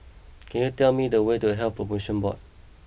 can you tell me the way to Health Promotion Board